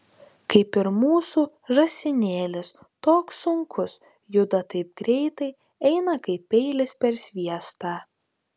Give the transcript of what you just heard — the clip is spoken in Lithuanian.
kaip ir mūsų žąsinėlis toks sunkus juda taip greitai eina kaip peilis per sviestą